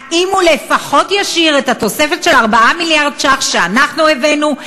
האם הוא לפחות ישאיר את התוספת של 4 מיליארד ש"ח שאנחנו הבאנו?